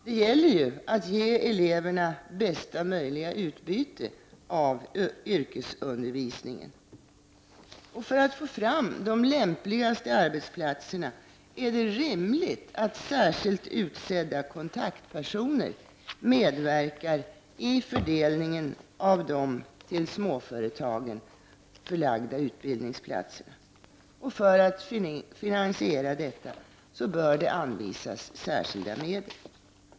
Det gäller ju att ge eleverna bästa möjliga utbyte av yrkesundervisningen. För att få fram de lämpligaste arbetsplatserna är det rimligt att särskilt utsedda kontaktpersoner medverkar i fördelningen av de till småföretagen förlagda utbildningsplatserna. För att finansiera detta bör det anvisas särskilda medel.